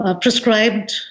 prescribed